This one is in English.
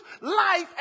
life